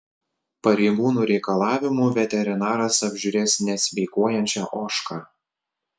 pareigūnų reikalavimu veterinaras apžiūrės nesveikuojančią ožką